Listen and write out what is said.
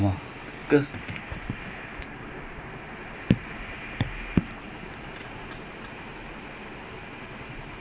and அவங்க:avanga I don't know push you know kevin push like அதுக்கு முன்னால:athukku munaala when like when there's cross the defenders would be in position all the time